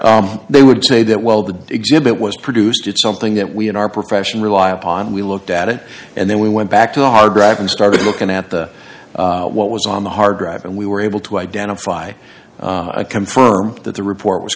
right they would say that while the exhibit was produced it's something that we in our profession rely upon we looked at it and then we went back to the hard drive and started looking at the what was on the hard drive and we were able to identify a confirm that the report was